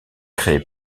crée